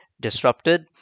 disrupted